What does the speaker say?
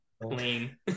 clean